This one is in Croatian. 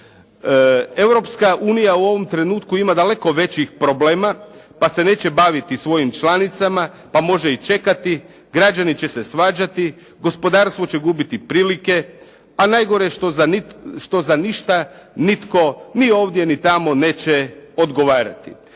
Europska unija u ovom trenutku ima daleko većih problema, pa se neće baviti svojim članicama, pa može i čekati, građani će se svađati, gospodarstvo će gubiti prilike, a najgore što za ništa nitko, ni ovdje, ni tamo neće odgovarati.